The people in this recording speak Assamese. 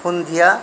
সন্ধিয়া